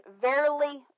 verily